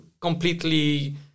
completely